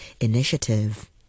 initiative